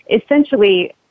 Essentially